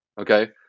okay